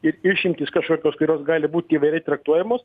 ir išimtys kažkokios kurios gali būt įvairiai traktuojamos